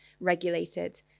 regulated